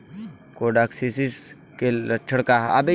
Coccidiosis के लक्षण का ह?